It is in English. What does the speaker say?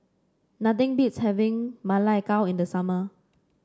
nothing beats having Ma Lai Gao in the summer